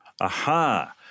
Aha